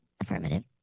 Affirmative